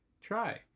try